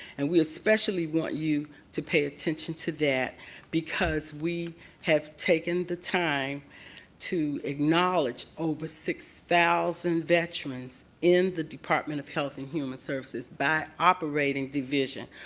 and we especially want you to pay attention to that because we have taken the time to acknowledge over six thousand veterans in the department of health and human services by operating division.